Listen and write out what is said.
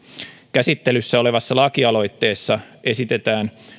käsittelyssä olevassa lakialoitteessa esitetään